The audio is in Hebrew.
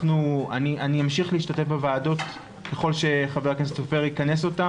אני אמשיך להשתתף בוועדות ככל שחבר הכנסת אופיר יכנס אותן,